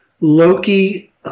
Loki